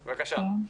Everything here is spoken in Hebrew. בבקשה.